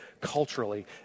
culturally